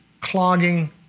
clogging